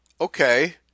okay